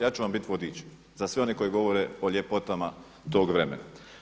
Ja ću vam bit vodič za sve one koji govore o ljepotama tom vremena.